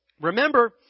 Remember